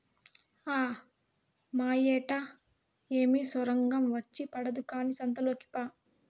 ఆ మాయేట్లా ఏమి సొరంగం వచ్చి పడదు కానీ సంతలోకి పా